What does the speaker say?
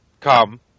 come